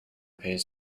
pays